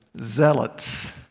zealots